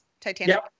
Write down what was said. Titanic